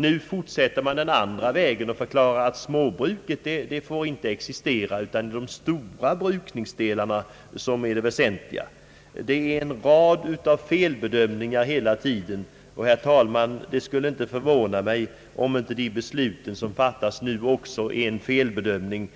Nu går man den andra vägen och förklarar att småbruken inte får existera utan att de stora brukningsdelarna är det väsentliga. Det har skett felbedömningar hela tiden, och det skulle inte förvåna mig om det beslut, som fattas nu, också vilar på en felbedömning.